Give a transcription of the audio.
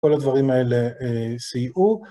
כל הדברים האלה סייעו.